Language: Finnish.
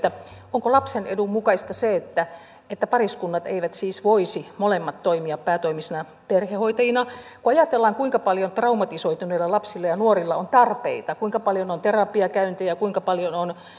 onko lapsen edun mukaista se että pariskunnasta molemmat eivät voisi toimia päätoimisina perhehoitajina kun ajatellaan kuinka paljon traumatisoituneilla lapsilla ja nuorilla on tarpeita kuinka paljon on terapiakäyntejä kuinka paljon on